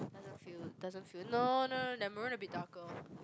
doesn't feel doesn't feel no no no no their maroon a bit darker